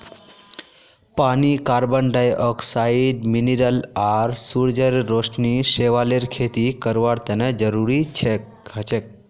पानी carbon dioxide mineral आर सूरजेर रोशनी शैवालेर खेती करवार तने जरुरी हछेक